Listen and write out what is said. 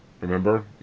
Remember